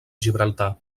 gibraltar